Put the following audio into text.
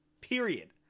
Period